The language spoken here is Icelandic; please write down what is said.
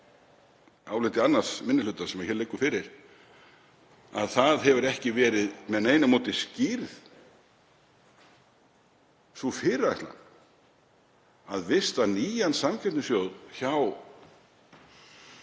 áliti 2. minni hluta sem hér liggur fyrir, að það hefur ekki verið með neinu móti skýrð sú fyrirætlan að vista nýjan samkeppnissjóð hjá